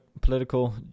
political